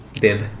bib